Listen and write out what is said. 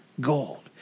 gold